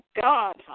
God